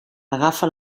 agafa